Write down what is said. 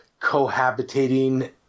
cohabitating